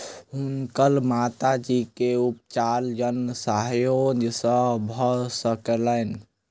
हुनकर माता जी के उपचार जन सहयोग से भ सकलैन